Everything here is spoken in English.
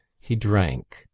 he drank,